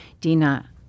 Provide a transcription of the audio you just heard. Dina